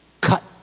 cut